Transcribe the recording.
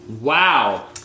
Wow